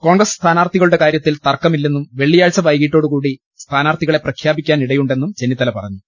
കോൺഗ്രസ് സ്ഥാനാർത്ഥികളുടെ കാര്യത്തിൽ തർക്കമി ല്ലെന്നും വെളളിയാഴ്ച വൈകിട്ടോടുകൂടി സ്ഥാനാർത്ഥികളെ പ്രഖ്യാപിക്കാൻ ഇടയു ണ്ടെന്നും ചെന്നിത്തല പറഞ്ഞു